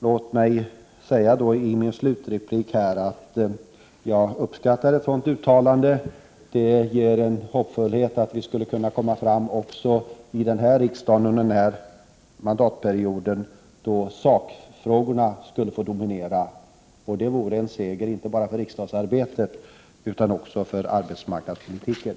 Låt mig säga, i min slutreplik, att jag uppskattar ett sådant uttalande. Det inger en förhoppning om att sakfrågorna skall kunna få dominera under denna riksdag och denna mandatperiod. Det vore en seger inte bara för riksdagsarbetet utan också för arbetsmarknadspolitiken.